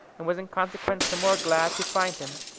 and was in consequence the more glad to find him,